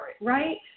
right